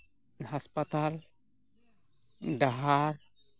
ᱦᱟᱥᱯᱟᱛᱟᱞ ᱰᱟᱦᱟᱨ